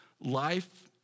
Life